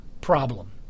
problem